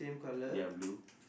ya blue